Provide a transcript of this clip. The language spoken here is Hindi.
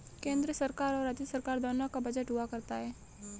केन्द्र सरकार और राज्य सरकार दोनों का बजट हुआ करता है